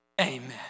Amen